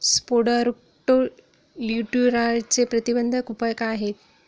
Spodoptera लिट्युरासाठीचे प्रतिबंधात्मक उपाय काय आहेत?